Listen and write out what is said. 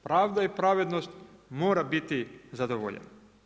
Pravda i pravednost mora biti zadovoljena.